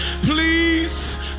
please